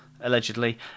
allegedly